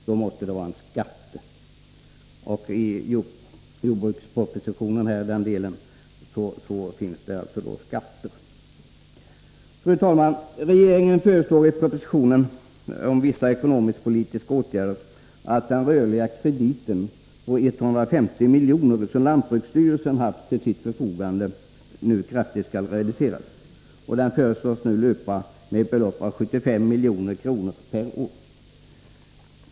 Då måste det vara en skatt, och i jordbrukspropositionen finns det alltså förslag om skatter. Fru talman! Regeringen föreslår i propositionen om vissa ekonomiskpolitiska åtgärder att den rörliga kredit på 150 milj.kr. som lantbruksstyrelsen haft till sitt förfogande nu skall reduceras kraftigt. Den föreslås nu löpa med ett belopp av 75 milj.kr. per år.